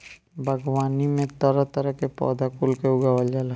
बागवानी में तरह तरह के पौधा कुल के उगावल जाला